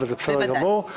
וזה בסדר גמור.